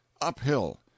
uphill